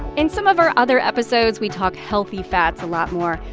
in some of our other episodes, we talk healthy fats a lot more.